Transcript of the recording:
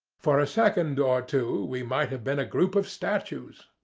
for a second or two we might have been a group of statues.